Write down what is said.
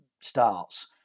starts